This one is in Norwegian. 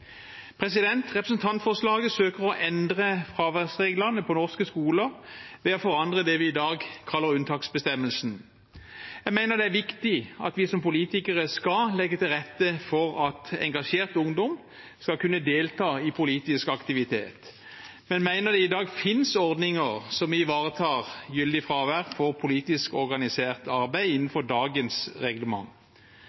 Representantforslaget søker å endre fraværsreglene på norske skoler ved å forandre det vi i dag kaller unntaksbestemmelsen. Jeg mener det er viktig at vi som politikere skal legge til rette for at engasjert ungdom skal kunne delta i politisk aktivitet, men at det i dag finnes ordninger som ivaretar gyldig fravær for politisk organisert arbeid,